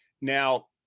Now